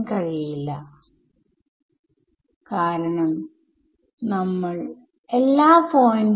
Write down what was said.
ഈ സാഹചര്യത്തിൽ ഭൌതികമായി പ്രതീക്ഷിക്കാത്തതാണിത്